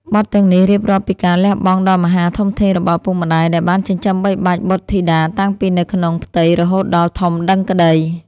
បទទាំងនេះរៀបរាប់ពីការលះបង់ដ៏មហាធំធេងរបស់ឪពុកម្តាយដែលបានចិញ្ចឹមបីបាច់បុត្រធីតាតាំងពីនៅក្នុងផ្ទៃរហូតដល់ធំដឹងក្តី